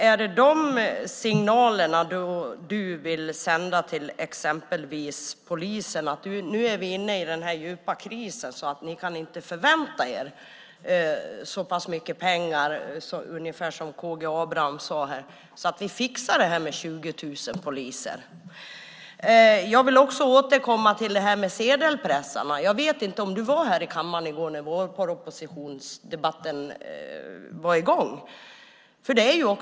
Är det de signalerna du vill sända till exempelvis polisen att vi är inne i denna djupa kris så att de inte kan förvänta sig så mycket pengar att vi fixar 20 000 poliser? Jag vill återkomma till sedelpressarna. Jag vet inte om du var i kammaren i går under vårpropositionsdebatten.